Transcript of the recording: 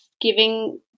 giving